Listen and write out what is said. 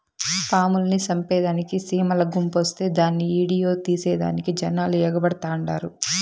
పాముల్ని సంపేదానికి సీమల గుంపొస్తే దాన్ని ఈడియో తీసేదానికి జనాలు ఎగబడతండారు